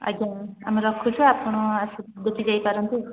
ଆଜ୍ଞା ଆମେ ରଖୁଛୁ ଆପଣ ଆସିକି ବୁଝି ଦେଇ ପାରନ୍ତି